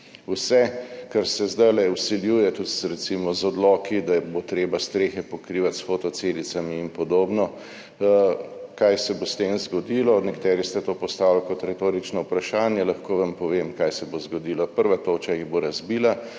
Vse, kar se zdajle vsiljuje, tudi recimo z odloki, da bo treba strehe pokrivati s fotocelicami in podobno – kaj se bo s tem zgodilo? Nekateri ste to postavili kot retorično vprašanje. Lahko vam povem, kaj se bo zgodilo. Prva toča jih bo razbila,